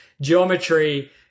geometry